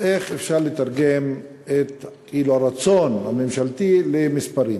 איך אפשר לתרגם את הרצון הממשלתי למספרים